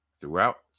throughout